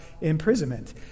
imprisonment